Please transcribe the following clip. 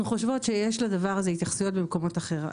אנחנו חושבות שיש לדבר הזה התייחסויות במקומות אחרים.